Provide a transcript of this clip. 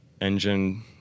engine